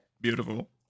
Beautiful